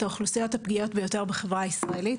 האוכלוסיות הפגיעות ביותר בחברה הישראלית,